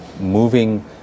moving